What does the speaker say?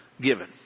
given